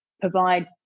provide